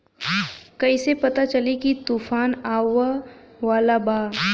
कइसे पता चली की तूफान आवा वाला बा?